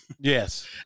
Yes